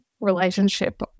relationship